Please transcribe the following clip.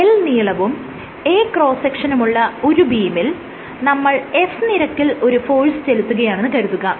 L നീളവും A cross സെക്ഷനുമുള്ള ഒരു ബീമിൽ നമ്മൾ F നിരക്കിൽ ഒരു ഫോഴ്സ് ചെലുത്തുകയാണെന്ന് കരുതുക